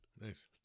Nice